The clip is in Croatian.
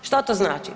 Šta to znači?